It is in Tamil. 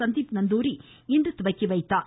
சந்தீப் நந்தூரி இன்று தொடங்கி வைத்தார்